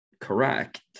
correct